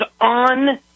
on